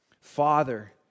Father